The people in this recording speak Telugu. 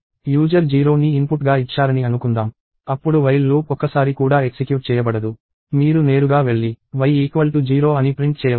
యూజర్ 0ని ఇన్పుట్గా ఇచ్చారని అనుకుందాం అప్పుడు while లూప్ ఒక్కసారి కూడా ఎక్సిక్యూట్ చేయబడదు మీరు నేరుగా వెళ్లి y 0 అని ప్రింట్ చేయవచ్చు